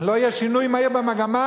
לא יהיה שינוי מהיר במגמה,